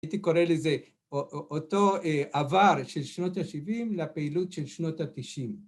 הייתי קורא לזה אותו עבר של שנות ה-70 לפעילות של שנות ה-90.